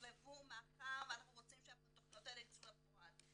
שיסתובבו מאחר ואנחנו רוצים שהתכניות האלה יצאו לפועל,